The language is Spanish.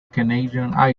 canadian